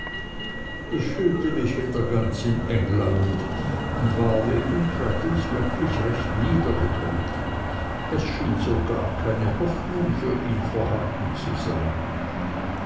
ich fühlte mich wieder ganz in england und war wegen traddles wirklich recht niedergedrückt es schien so gar keine hoffnung für ihn vorhanden zu sein